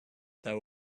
there